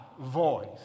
voice